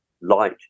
light